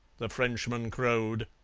the frenchman crowed.